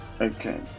Okay